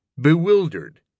bewildered